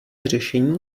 řešení